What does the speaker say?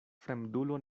fremdulo